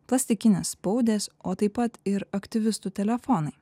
plastikinės spaudės o taip pat ir aktyvistų telefonai